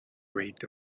rate